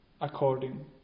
according